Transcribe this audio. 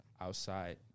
outside